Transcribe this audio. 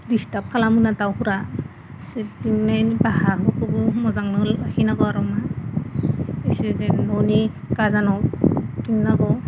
disturb खालामोना दाउफोरा बिसोरनि बिदिनो बाहाखौबो मोजांनो लाखिनांगो आरोमा एसे जेन न'नि गोजानाव दोननांगौ